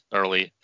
early